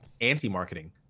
anti-marketing